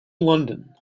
london